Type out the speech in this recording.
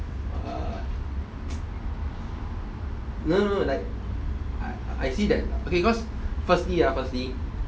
err no no no like I see that okay because firstly ah firstly